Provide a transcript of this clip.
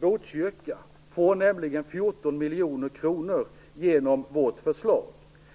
Botkyrka får nämligen 14 miljoner kronor genom vårt förslag.